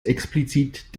explizit